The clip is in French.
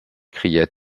cria